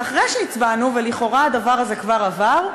ואחרי שהצבענו ולכאורה הדבר הזה כבר עבר,